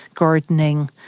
gardening,